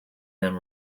them